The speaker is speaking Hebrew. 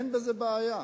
אין בזה בעיה.